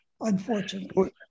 unfortunately